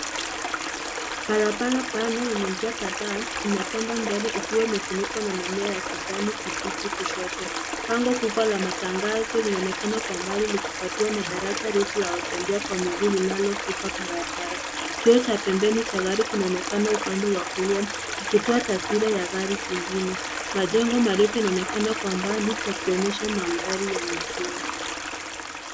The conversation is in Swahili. Barabara pana yenye njia kadhaa inatanda mbele ikiwa imefunikwa na mimea ya kijani kipichi kushoto. Bango kubwa la matangazo linaonekana kwa mbali nikifuatiwa na daraja lefu la watembea kwa miguu linalofuka barabara. Kioo pembeni cha gari kinaonekana upande wa kulia kikitoa taswira ya gari jingine. Majengo marefu yanaonekana kwa mbali yakionyesha mandhari ya mijini.